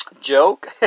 Joke